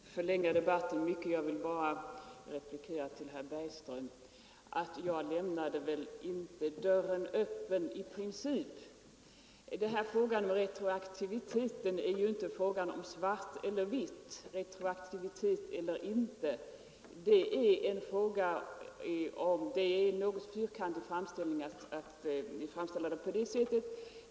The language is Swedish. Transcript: Herr talman! Jag skall inte förlänga debatten mycket. Jag vill bara replikera till herr Bergqvist att jag lämnade inte dörren öppen i princip. Frågan om retroaktiviteten är ju inte en fråga om svart eller vitt, re troaktivitet eller inte retroaktivitet. Det är ett något fyrkantigt sätt att Nr 120 Sremnställg saken på.